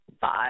five